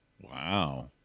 wow